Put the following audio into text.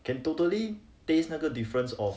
can totally taste 那个 difference of